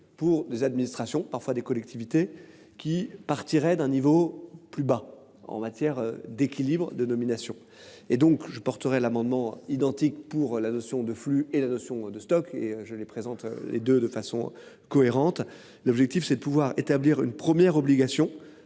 pour des administrations parfois des collectivités qui partirait d'un niveau plus bas en matière d'équilibre de nomination et donc je porterai l'amendement identique pour la notion de flux et la notion de stock et je l'ai présente les 2 de façon cohérente. L'objectif c'est de pouvoir établir une première obligation,